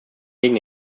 gegen